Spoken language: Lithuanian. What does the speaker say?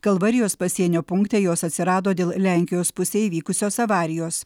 kalvarijos pasienio punkte jos atsirado dėl lenkijos pusėje įvykusios avarijos